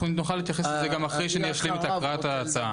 נוכל להתייחס לזה גם אחרי שאשלים את הקראת ההצעה.